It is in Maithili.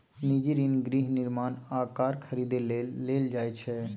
निजी ऋण गृह निर्माण आ कार खरीदै लेल लेल जाइ छै